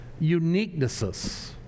uniquenesses